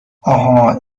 آهان